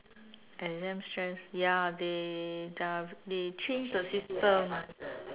exam stress ya they they are they change the system